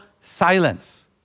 silence